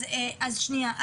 אז שנייה.